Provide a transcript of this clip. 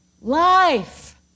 Life